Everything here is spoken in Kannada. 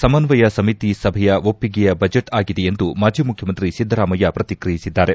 ಸಮನ್ವಯ ಸಮಿತಿ ಸಭೆಯ ಒಪ್ಪಿಗೆಯ ಬಜೆಟ್ ಆಗಿದೆ ಎಂದು ಮಾಜಿ ಮುಖ್ಲಮಂತ್ರಿ ಸಿದ್ದರಾಮಯ್ಲ ಪ್ರತಿಕ್ರಿಯಿಸಿದ್ದಾರೆ